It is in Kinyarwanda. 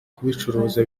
kubicuruza